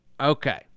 Okay